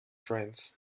friends